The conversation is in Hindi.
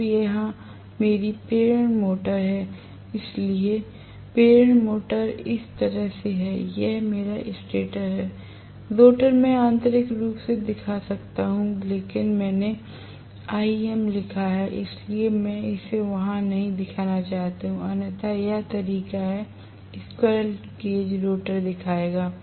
अब यहां मेरी प्रेरण मोटर है इसलिए प्रेरण मोटर इस तरह से है यह मेरा स्टेटर है रोटर मैं आंतरिक रूप से दिखा सकता हूं लेकिन मैंने आईएम लिखा है इसलिए मैं इसे वहां नहीं दिखाना चाहता हूं अन्यथा यह तरीका है स्क्वीररेल केज रोटर दिखाएगा